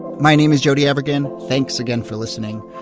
my name is jody avirgan. thanks again for listening.